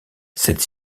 cette